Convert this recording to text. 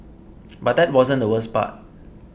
but that wasn't the worst part